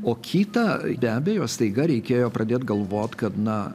o kita be abejo staiga reikėjo pradėt galvot kad na